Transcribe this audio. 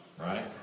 right